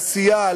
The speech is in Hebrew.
לעשייה,